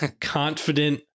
confident